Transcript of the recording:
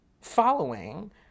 following